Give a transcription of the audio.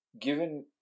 Given